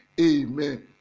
Amen